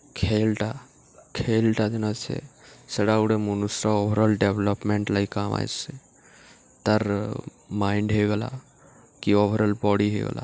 ଖେଲ୍ଟା ଖେଲ୍ଟା ଦିନ ସେ ସେଟା ଗୁଟେ ମନୁଷ୍ର ଓଭର୍ଅଲ୍ ଡେଭ୍ଲପ୍ମେଣ୍ଟ୍ ଲାଗି କାମ୍ ଆଏସି ତାର୍ ମାଇଣ୍ଡ୍ ହେଇଗଲା କି ଓଭର୍ଅଲ୍ ବଡ଼ି ହେଇଗଲା